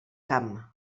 camp